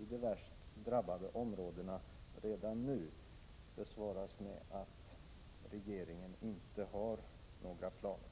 i de värst drabbade områdena redan nu, besvaras med att regeringen inte har några sådana planer.